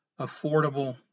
affordable